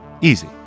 Easy